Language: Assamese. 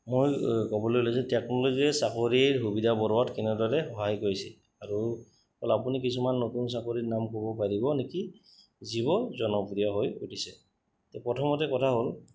মই ক'বলৈ লৈছো যে টেকন'ল'জীয়ে চাকৰিৰ সুবিধা বঢ়োৱাত কেনেদৰে সহায় কৰিছে আৰু আপুনি কিছুমান নতুন চাকৰিৰ নাম ক'ব পাৰিব নেকি যিবোৰ জনপ্ৰিয় হৈ উঠিছে এই প্ৰথমতে কথা হ'ল